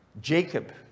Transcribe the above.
Jacob